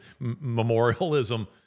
memorialism